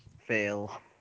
Fail